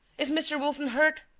is mr. wilson hurt?